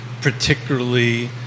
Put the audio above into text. particularly